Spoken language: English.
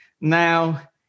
now